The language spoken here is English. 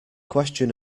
question